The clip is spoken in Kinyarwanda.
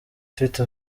ifite